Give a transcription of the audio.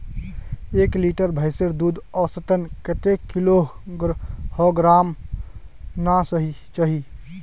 एक लीटर भैंसेर दूध औसतन कतेक किलोग्होराम ना चही?